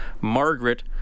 Margaret